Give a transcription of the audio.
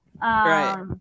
Right